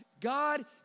God